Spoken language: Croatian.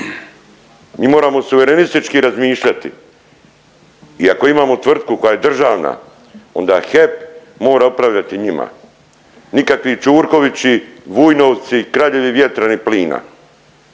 Mi moramo suverenistički razmišljati i ako imamo tvrtku koja je državna, onda HEP mora upravljati njima. Nikakvi Ćurkovići, Vujnovci, kraljevi vjetra ni plina.